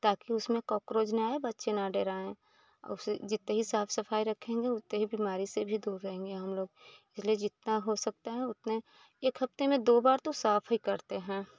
ताकि उसमें कॉकरोज़ ना आए बच्चे ना डेराएँ और फिर जितनी ही साफ़ सफ़ाई रखेंगे उतना ही बीमारी से भी दूर रहेंगे हम लोग इसलिए जितना हो सकता है उतना एक हफ़्ते में दो बार तो साफ़ ही करते हैं